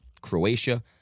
croatia